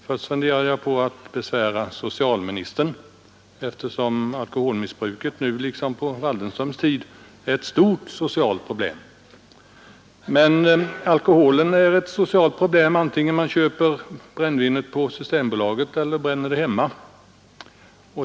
Först tänkte jag besvära socialministern, eftersom alkoholmissbruket nu liksom på Wieselgrens tid är ett stort socialt problem. Men alkoholen är ett socialt problem antingen man köper brännvinet på Systembolaget eller bränner det hemma.